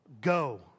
Go